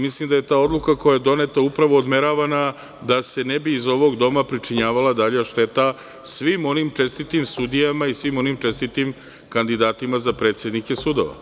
Mislim da je ta odluka koja je doneta upravo odmeravana da se ne bi iz ovog doma pričinjavala dalja šteta svim onim čestitim sudijama i svim onim čestitim kandidatima za predsednike sudova.